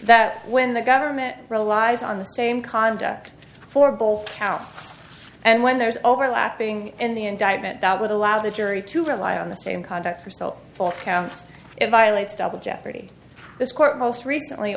that when the government relies on the same conduct for both how and when there is overlapping in the indictment that would allow the jury to rely on the same conduct for so forth counts if i lights double jeopardy this court most recently